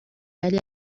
ولی